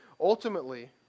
Ultimately